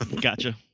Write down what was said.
Gotcha